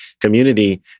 community